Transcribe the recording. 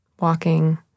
walking